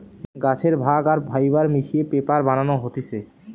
গাছের ভাগ আর ফাইবার মিশিয়ে পেপার বানানো হতিছে